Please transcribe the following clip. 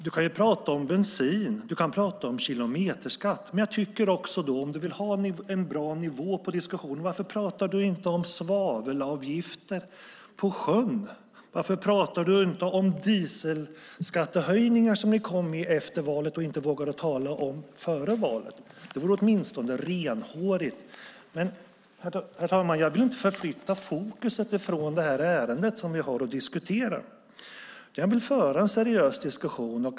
Du kan prata om bensin och kilometerskatt, men om du vill ha en bra nivå på diskussionen, varför pratar du inte om svavelavgifter på sjön? Varför pratar du inte om dieselskattehöjningar som ni kom med efter valet men inte vågade tala om före valet? Det vore åtminstone renhårigt. Herr talman! Jag vill inte förflytta fokus från det ärende som vi har att diskutera. Jag vill föra en seriös diskussion.